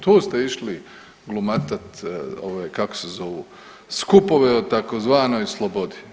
Tu ste išli glumatat, ove kako se zovu, skupove o tzv. slobodi.